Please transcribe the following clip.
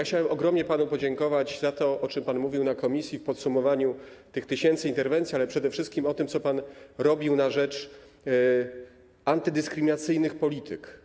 Chciałem ogromnie panu podziękować za to, o czym pan mówił w komisji w ramach podsumowania tych tysięcy interwencji, ale przede wszystkim tego, co pan robił na rzecz antydyskryminacyjnej polityki.